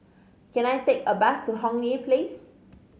can I take a bus to Hong Lee Place